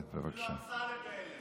למי הוא מוכן לתת את האיזוק?